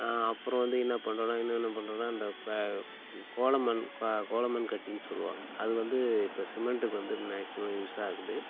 அப்புறம் வந்து என்ன பண்ணுறோன்னா இன்னும் என்ன பண்ணுறோன்னா இந்த க கோலமண் க கோலமண் கட்டின்னு சொல்லுவாங்க அது வந்து இப்போ சிமெண்ட்டுக்கு வந்து மேக்சிமம் யூஸ் ஆகுது